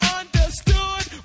understood